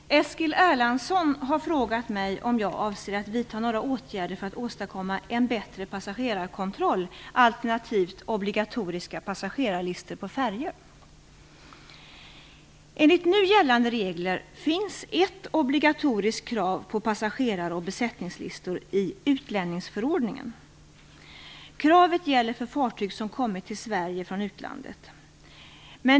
Fru talman! Eskil Erlandsson har frågat mig om jag avser att vidta några åtgärder för att åstadkomma en bättre passagerarkontroll, alternativt obligatoriska passagerarlistor, på färjor. Enligt nu gällande regler finns ett obligatoriskt krav på passagerar och besättningslistor i utlänningsförordningen. Kravet gäller för fartyg som kommit till Sverige från utlandet.